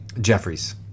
Jeffries